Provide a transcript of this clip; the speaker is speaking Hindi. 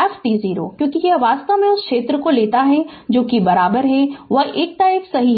f t0 क्योंकि यह वास्तव में उस क्षेत्र को लेता है वह एकता 1 सही